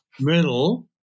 Middle